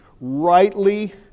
rightly